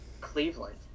Cleveland